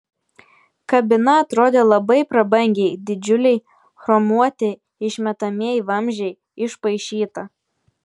kabina atrodė labai prabangiai didžiuliai chromuoti išmetamieji vamzdžiai išpaišyta